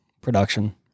production